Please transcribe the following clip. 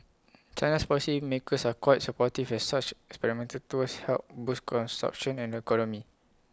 China's policy makers are quite supportive as such experiential tours help boost consumption and the economy